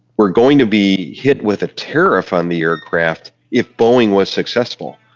were going to be hit with a tariff on the aircraft if boeing was successful.